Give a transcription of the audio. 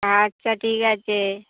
আচ্ছা ঠিক আছে